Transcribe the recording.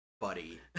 Buddy